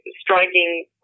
striking